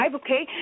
okay